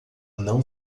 não